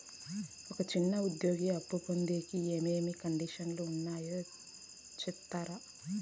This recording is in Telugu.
ఒక చిన్న ఉద్యోగి అప్పు పొందేకి ఏమేమి కండిషన్లు ఉంటాయో సెప్తారా?